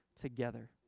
together